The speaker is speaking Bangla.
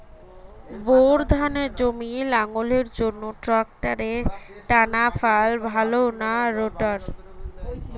বোর ধানের জমি লাঙ্গলের জন্য ট্রাকটারের টানাফাল ভালো না রোটার?